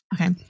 Okay